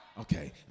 Okay